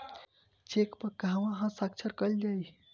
Check पर कहवा हस्ताक्षर कैल जाइ?